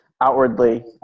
outwardly